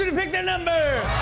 ah pick their number!